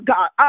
God